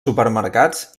supermercats